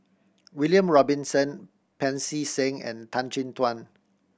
William Robinson Pancy Seng and Tan Chin Tuan